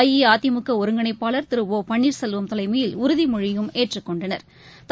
அஇஅதிமுகஒருங்கிணைப்பாளர் திரு ஓ பன்னீர்செல்வம் தலைமயில் உறுதிமொழியும் ஏற்றுக் கொண்டனா்